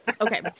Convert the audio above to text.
okay